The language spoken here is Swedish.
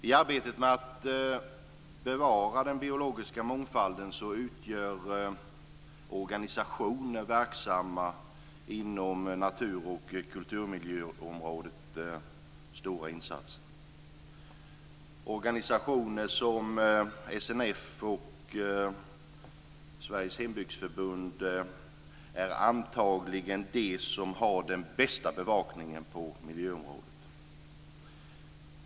I arbetet med att bevara den biologiska mångfalden gör organisationerna verksamma inom natur och kulturmiljöområdet stora insatser. Organisationer som SMF och Sveriges hembygdsförbund är antagligen de som har den bästa bevakningen på miljöområdet.